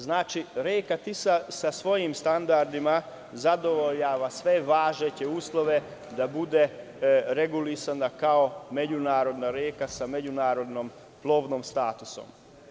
Znači reka Tisa sa svojim standardima zadovoljava sve važeće uslove da bude regulisana kao međunarodna reka sa međunarodnim plovnim statusom.